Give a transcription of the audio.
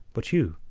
but you,